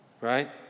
Right